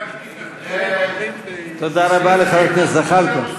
העיקר שתתאחדו, תודה רבה לחבר הכנסת זחאלקה.